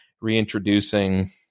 reintroducing